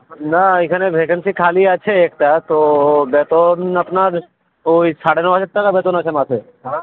না এখানে ভ্যাকেন্সি খালি আছে একটা তো বেতন আপনার ওই সাড়ে ন হাজার টাকা বেতন আছে মাসে হ্যাঁ